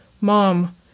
Mom